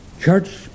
Church